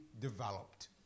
developed